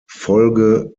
folge